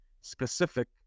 specific